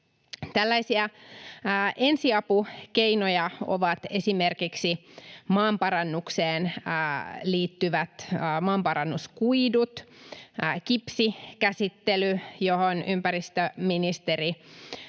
Tällaisia ensiapukeinoja ovat esimerkiksi maanparannukseen liittyvät maanparannuskuidut, kipsikäsittely, johon ympäristöministeri